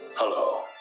Hello